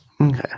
Okay